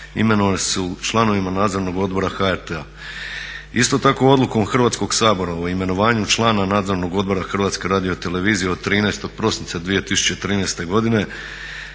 imenovani su članovima Nadzornog odbora HRT-a. Isto tako odlukom Hrvatskog sabora o imenovanju člana nadzornog odbora Hrvatske radiotelevizije od 13. prosinca 2013. godine